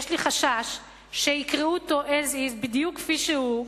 יש לי חשש שיקראו אותו as is, בדיוק כפי שהוא,